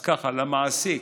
למעסיק,